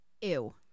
Ew